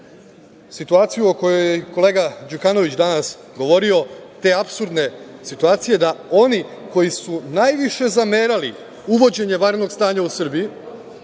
situaciju o kojoj je i kolega Đukanović danas govorio, te apsurdne situacije da oni koji su najviše zamerali uvođenje vanrednog stanja u Srbiji,